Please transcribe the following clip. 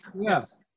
Yes